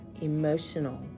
emotional